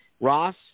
Ross